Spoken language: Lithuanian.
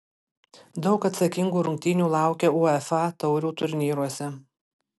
daug atsakingų rungtynių laukia uefa taurių turnyruose